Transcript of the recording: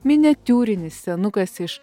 miniatiūrinis senukas iš